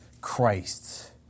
Christ